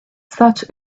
such